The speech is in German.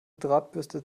drahtbürste